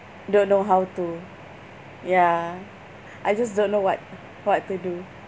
don't know how to ya I just don't know what what to do